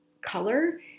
color